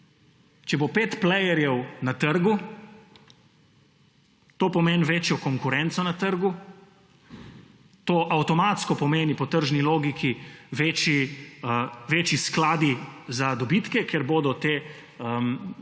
Če bo pet playerjev na trgu, to pomeni večjo konkurenco na trgu, to avtomatsko pomeni po tržni logiki večje sklade za dobitke, ker bodo ti playerji